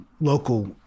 local